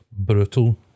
Brutal